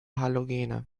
halogene